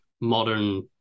modern